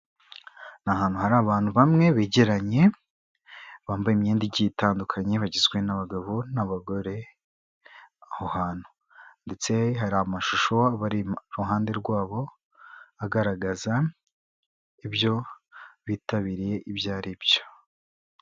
Ni ahantu hari abantu bamwe begeranye bambaye imyenda igiye itandukanye bagizwe n'abagabo n'abagore aho hantu, ndetse hari amashusho aba ari iruhande rwabo agaragaza ibyo bitabiriye ibyo ari byo.